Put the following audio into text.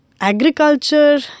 agriculture